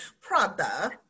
Prada